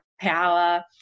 power